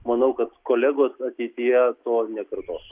manau kad kolegos ateityje to nekartos